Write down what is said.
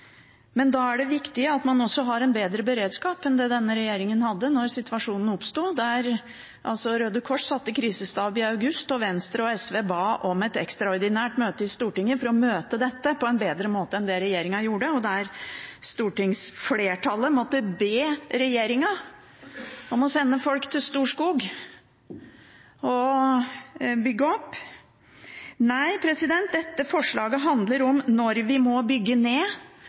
Men da er det viktig at man har en bedre beredskap enn det denne regjeringen hadde da situasjonen oppsto. Røde Kors satte krisestab i august, Venstre og SV ba om et ekstraordinært møte i Stortinget for å møte dette på en bedre måte enn det regjeringen gjorde, og stortingsflertallet måtte be regjeringen om å sende folk til Storskog og bygge opp. Nei, dette forslaget handler om at vi når vi bygger ned,